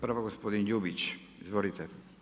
Prva gospodin Ljubić, izvolite.